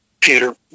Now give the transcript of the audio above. Peter